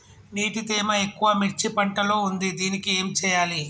నీటి తేమ ఎక్కువ మిర్చి పంట లో ఉంది దీనికి ఏం చేయాలి?